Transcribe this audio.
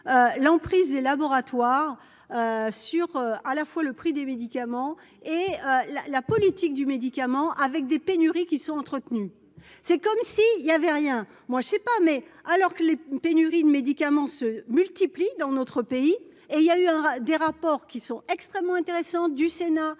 l'emprise des laboratoires sur à la fois le prix des médicaments et la la politique du médicament avec des pénuries qui sont entretenus, c'est comme si il y avait rien, moi je ne sais pas, mais alors que les pénuries de médicaments se multiplient dans notre pays et il y a eu des rapports qui sont extrêmement intéressant du Sénat